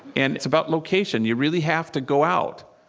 and it's about location. you really have to go out.